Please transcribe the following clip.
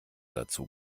dazu